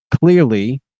clearly